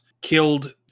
killed